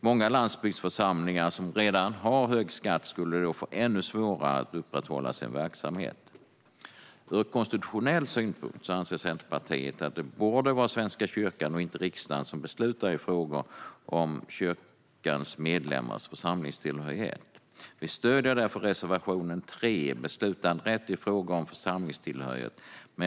Många landsbygdsförsamlingar som redan har hög skatt skulle då få ännu svårare att upprätthålla sin verksamhet. Ur konstitutionell synpunkt anser Centerpartiet att det borde vara Svenska kyrkan och inte riksdagen som beslutar i frågor om kyrkans medlemmars församlingstillhörighet. Vi stöder därför reservation 3 om beslutanderätt i fråga om församlingstillhörighet.